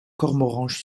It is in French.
cormoranche